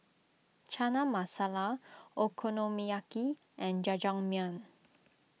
Chana Masala Okonomiyaki and Jajangmyeon